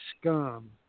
scum